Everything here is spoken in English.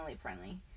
friendly